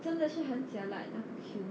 真的是很 jialat 那个 queue